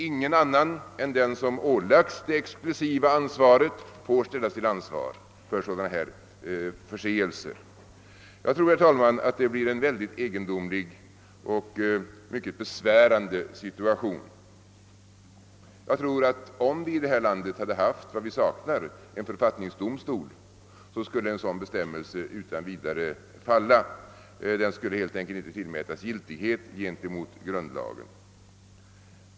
Ingen annan än den som ålagts det exklusiva ansvaret får ställas till ansvar för sådana förseelser. Jag tror, herr talman, att det kan bli en mycket egendomlig och besvärande situation. Om vi i detta land hade haft vad vi saknar, en författningsdomstol, skulle en sådan bestämmelse utan vidare falla; den skulle helt enkelt inte tillmätas giltighet gentemot grundlagen.